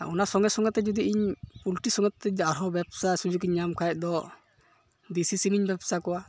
ᱚᱱᱟ ᱥᱚᱸᱜᱮ ᱥᱚᱸᱜᱮᱛᱮ ᱡᱚᱫᱤ ᱤᱧ ᱯᱩᱞᱴᱤ ᱥᱚᱢᱮᱛ ᱛᱮ ᱟᱨᱦᱚᱸ ᱵᱮᱵᱽᱥᱟ ᱥᱩᱡᱩᱜᱤᱧ ᱧᱟᱢ ᱠᱷᱟᱡᱫᱚ ᱫᱮᱥᱤ ᱥᱤᱢᱤᱧ ᱵᱮᱵᱽᱥᱟ ᱠᱚᱣᱟ